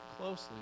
closely